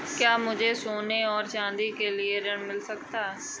क्या मुझे सोने और चाँदी के लिए ऋण मिल सकता है?